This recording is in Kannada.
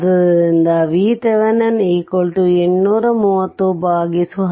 ಆದ್ದರಿಂದ VThevenin83019 81019 32 30